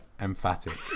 emphatic